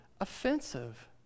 offensive